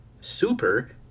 super